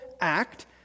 act